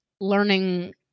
learning